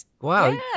Wow